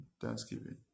Thanksgiving